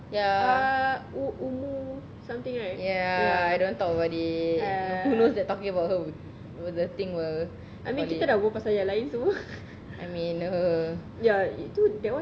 ya ya I don't want to talk about it who knows they're talking the thing will I mean I mean